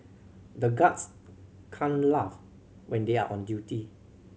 the guards can't laugh when they are on duty